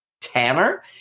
Tanner